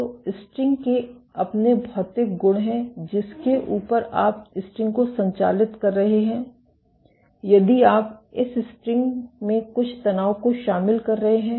तो स्ट्रिंग के अपने भौतिक गुण हैं जिसके ऊपर आप स्ट्रिंग को संचालित कर रहे हैं आप इस स्ट्रिंग में कुछ तनाव को शामिल कर रहे हैं